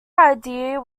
idea